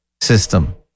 system